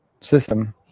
system